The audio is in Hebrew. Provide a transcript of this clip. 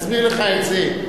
אסביר לך את זה.